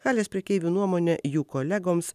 halės prekeivių nuomone jų kolegoms